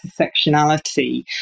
intersectionality